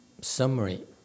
summary